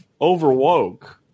overwoke